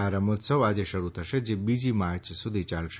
આ રમતોત્સવ આજે શરૂ થશે જે બીજી માર્ચ સુધી ચાલશે